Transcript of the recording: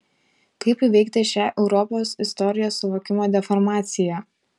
kaip įveikti šią europos istorijos suvokimo deformaciją